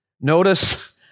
notice